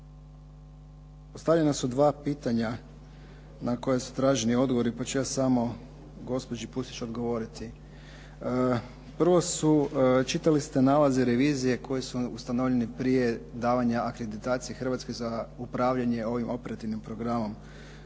Postavljena su dva pitanja na koja su traženi odgovori pa ću ja samo gospođi Pusić odgovoriti. Prvo su, čitali ste nalaze revizije koji su ustanovljeni prije davanja akreditacije Hrvatskoj za upravljanje ovim operativnim programom.